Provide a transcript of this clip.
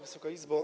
Wysoka Izbo!